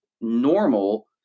normal